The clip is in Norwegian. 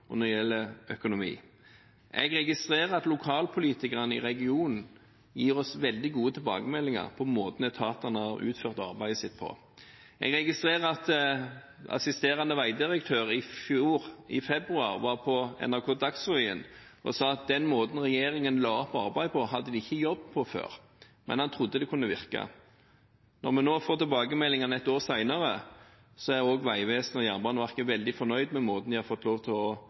og når det gjelder økonomi. Jeg registrerer at lokalpolitikerne i regionen gir oss veldig gode tilbakemeldinger på måten etatene har utført arbeidet sitt på. Jeg registrerer at assisterende vegdirektør i februar i fjor var på NRK Dagsrevyen og sa at den måten regjeringen la opp arbeidet på, hadde de ikke jobbet på før, men han trodde det kunne virke. Når vi nå har fått tilbakemeldingene et år senere, er også Jernbaneverket og Vegvesenet veldig fornøyd med måten de har fått lov til å